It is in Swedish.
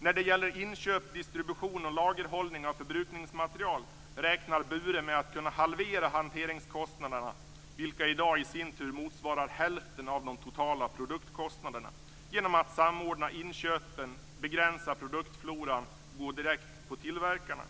När det gäller inköp, distribution och lagerhållning av förbrukningsmaterial räknar Bure med att kunna halvera hanteringskostnaderna, vilka idag i sin tur motsvarar hälften av de totala produktkostnaderna, genom att samordna inköpen, begränsa produktfloran och gå direkt på tillverkarna."